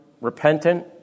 repentant